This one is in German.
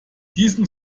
diesen